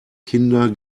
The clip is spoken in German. kinder